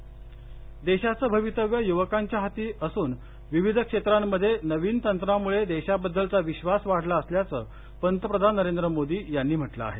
मोदी विवेकानंद देशाचं भवितव्य युवकांच्या हाती असून विविध क्षेत्रांमध्ये नवीन तंत्रांमुळे देशाबद्दलचा विधास वाढला असल्याचं पंतप्रधान नरेंद्र मोदी यांनी म्हटलं आहे